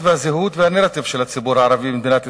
והזהות והנרטיב של הציבור הערבי במדינת ישראל,